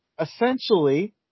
essentially